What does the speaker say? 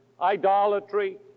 idolatry